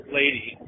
lady